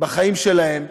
בחיים שלהם.